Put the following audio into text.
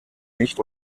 nicht